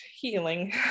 healing